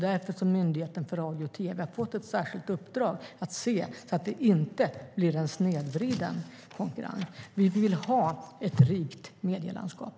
Därför har Myndigheten för radio och tv fått ett särskilt uppdrag att se till att det inte blir en snedvriden konkurrens. Vi vill ha ett rikt medielandskap.